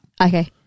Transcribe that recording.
Okay